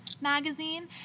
magazine